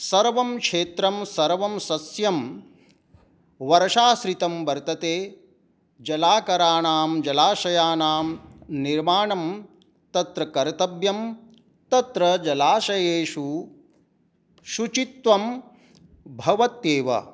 सर्वं क्षेत्रं सर्वं सस्यं वर्षाश्रितं वर्तते जलाकराणां जलाशयानां निर्माणं तत्र कर्तव्यं तत्र जलाशयेषु शुचित्वं भवत्येव